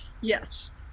Yes